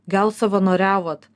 gal savanoriavot